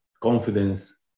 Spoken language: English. confidence